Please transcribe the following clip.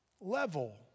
level